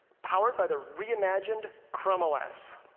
powered by the re-imagined chrome os.